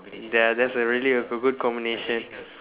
they're that's a really a good good combination